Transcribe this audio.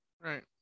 Right